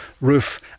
Roof